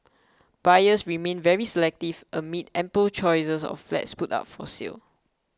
buyers remain very selective amid ample choices of flats put up for sale